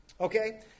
Okay